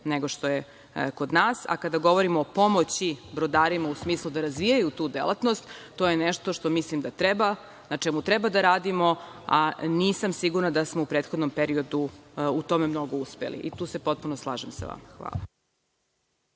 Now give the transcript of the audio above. nego što je kod nas, a kada govorimo o pomoći brodarima u smislu da razvijaju tu delatnost to je nešto što mislim da treba, na čemu treba da radimo, a nisam sigurna da smo u prethodnom periodu u tome mnogo uspeli i tu se potpuno slažem sa vama. Hvala.